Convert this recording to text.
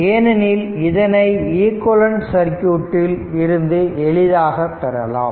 ஏனெனில் இதனை ஈக்குவேலன்ட் சர்க்யூட்டில் இருந்து எளிதாக பெறலாம்